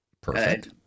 Perfect